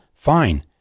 Fine